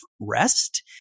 rest